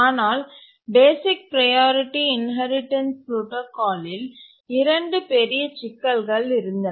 ஆனால் basic priority inheritance புரோடாகாலில் இரண்டு பெரிய சிக்கல்கள் இருந்தன